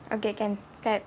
okay can clap